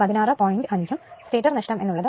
5 ഉം സ്റ്റേറ്റർ നഷ്ടം എന്ന് ഉള്ളത് 1